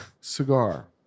cigar